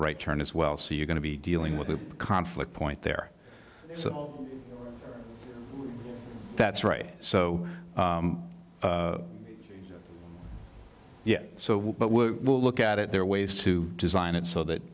right turn as well so you're going to be dealing with conflict point there so that's right so yeah so what we will look at it there are ways to design it so that